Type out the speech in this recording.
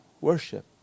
worship